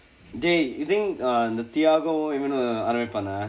dey you think uh இந்த:indtha tyagu இவனும் ஆரம்பிப்பானா:ivanum aarampippaanaa